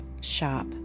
shop